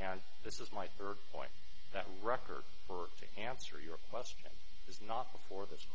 and this is my third point that record for to answer your question is not before this